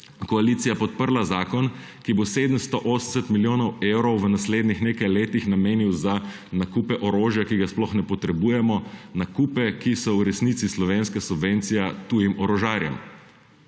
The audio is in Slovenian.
koalicija podprla zakon, ki bo 780 milijonov evrov v naslednjih nekaj letih namenil za nakupe orožja, ki ga sploh ne potrebujemo. Nakupe, ki so v resnici slovenska subvencija tujim orožarjem.